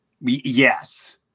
Yes